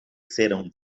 serão